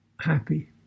happy